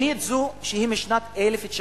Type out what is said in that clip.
תוכנית זו היא משנת 1979,